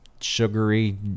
sugary